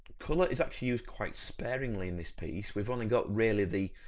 colour is actually used quite sparingly in this piece, we've only got really the,